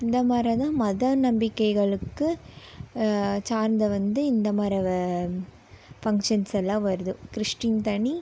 இந்த மாதிரி தான் மத நம்பிக்கைகளுக்கு சார்ந்த வந்து இந்த மாதிரி வே பங்ஷன்ஸ் எல்லாம் வருது கிறிஸ்டீன் தனி